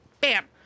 Bam